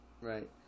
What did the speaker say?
Right